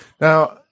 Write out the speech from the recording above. Now